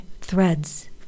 threads